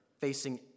facing